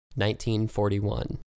1941